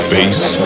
Face